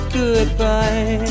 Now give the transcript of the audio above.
goodbye